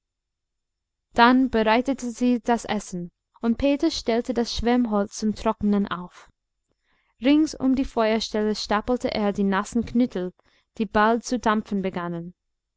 dann bereitete sie das essen und peter stellte das schwemmholz zum trocknen auf rings um die feuerstelle stapelte er die nassen knüttel die bald zu dampfen begannen